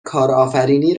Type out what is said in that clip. کارآفرینی